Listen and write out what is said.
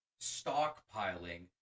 stockpiling